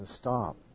stop